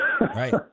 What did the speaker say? right